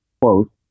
quote